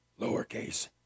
lowercase